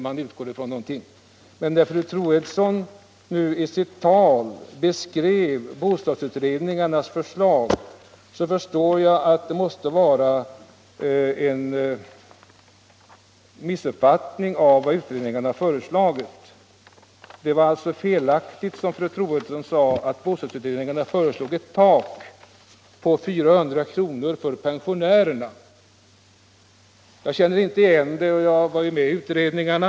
Men när fru Troedsson nu i sitt anförande beskrev bostadsutredningarnas förslag, förstod jag att det måste föreligga en missuppfattning av vad utredningarna föreslagit. Det var alltså felaktigt att, som fru Troedsson sade, bostadsutredningarna föreslagit ett tak på 400 kr. för pensionärerna. Jag känner inte igen det, och jag har ju varit med i utredningarna.